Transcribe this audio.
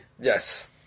yes